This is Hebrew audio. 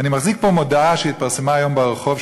אני מחזיק פה מודעה שהתפרסמה היום ברחוב,